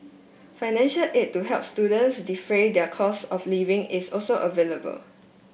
financial aid to help students defray their costs of living is also available